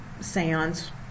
seance